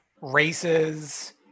races